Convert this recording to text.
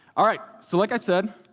alright, so like i said,